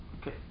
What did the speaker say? Okay